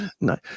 no